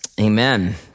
Amen